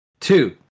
Two